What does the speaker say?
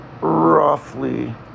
roughly